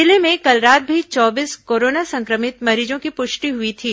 जिले में कल रात भी चोबीस कोरोना संक्रमित मरीजों की पुष्टि हुई थी